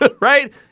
right